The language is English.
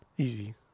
easy